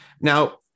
Now